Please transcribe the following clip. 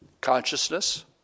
Consciousness